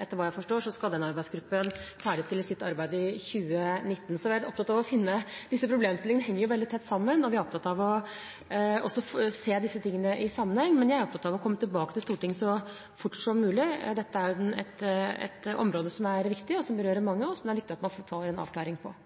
Etter hva jeg forstår, skal den arbeidsgruppen ferdigstille sitt arbeid i 2019. Disse problemstillingene henger veldig tett sammen. Vi er opptatt av å se disse tingene i sammenheng, men jeg er opptatt av å komme tilbake til Stortinget så fort som mulig. Dette er et område som er viktig, som berører mange, og som det er viktig at man får en avklaring på.